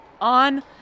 on